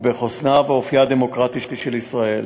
ובחוסנה ובאופייה הדמוקרטי של ישראל.